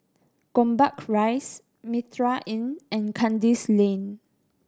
Gombak Rise Mitraa Inn and Kandis Lane